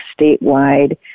statewide